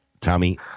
Tommy